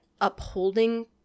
upholding